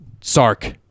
Sark